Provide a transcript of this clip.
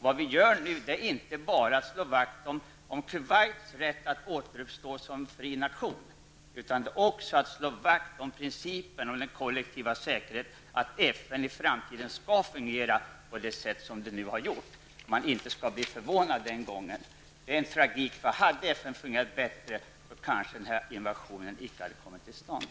Vi slår vakt, inte bara om Kuwaits rätt att återuppstå som en fri nation, utan också om principen om den kollektiva säkerheten, dvs. att FN nu i framtiden skall kunna fungera på det sätt som FN har gjort. Hade FN tidigare fungerat bättre, kanske denna invasion inte hade kommit till stånd.